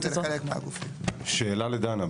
שאלה לדנה,